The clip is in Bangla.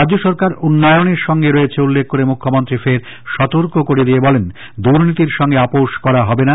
রাজ্য সরকার উন্নয়নের সঙ্গে রয়েছে উল্লেখ করে মুখ্যমন্ত্রী ফের সতর্ক করে দিয়ে বলেন দুর্নীতির সঙ্গে আপোশ করা হবে না